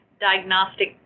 diagnostic